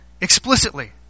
explicitly